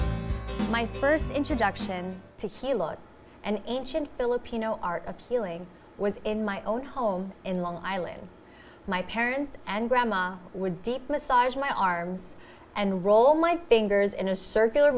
life my first introduction to hilo and ancient filipino art of healing was in my own home in long island my parents and grandma would deep massage my arms and roll my fingers in a circular